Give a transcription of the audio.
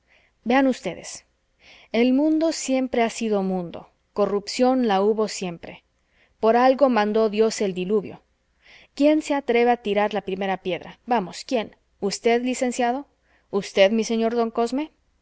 vean ustedes el mundo siempre ha sido mundo corrupción la hubo siempre por algo mandó dios el diluvio quién se atreve a tirar la primera piedra vamos quien usted licenciado usted mi señor don cosme